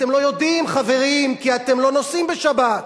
אתם לא יודעים, חברים, כי אתם לא נוסעים בשבת.